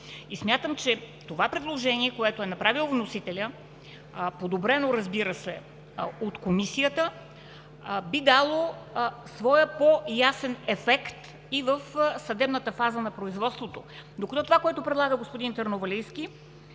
И смятам, че това предложение, което е направил вносителят, подобрено, разбира се, от Комисията, би дало своя по-ясен ефект и в съдебната фаза на производството. Докато това, което предлага господин Търновалийски,